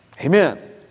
Amen